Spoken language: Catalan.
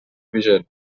vigent